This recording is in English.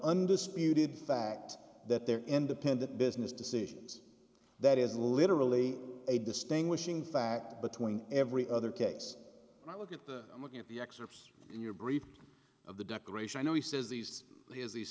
undisputed fact that they're independent business decisions that is literally a distinguishing fact between every other case i look at the looking at the excerpts in your brief of the declaration i know he says these he has these